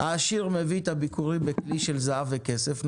העשיר מביא את הביכורים בכלי של זהב וכסף,